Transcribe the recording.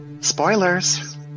Spoilers